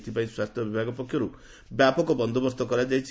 ଏଥିପାଇଁ ସ୍ୱାସ୍ସ୍ୟ ବିଭାଗ ପକ୍ଷରୁ ବ୍ୟାପକ ବନ୍ଦୋବସ୍ତ କରାଯାଇଛି